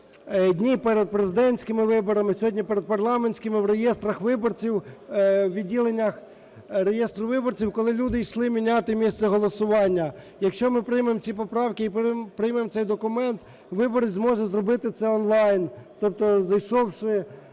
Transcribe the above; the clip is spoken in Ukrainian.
дні перед президентськими виборами, сьогодні перед парламентськими, в реєстрах виборців, у відділеннях реєстру виборців, коли люди йшли міняти місце голосування. Якщо ми приймемо ці поправки і приймемо цей документ, виборець зможе це зробити онлайн, тобто зайшовши